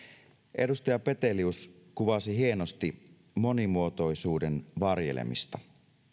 edustaja petelius kuvasi hienosti monimuotoisuuden varjelemista